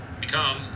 become